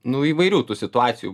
nu įvairių tų situacijų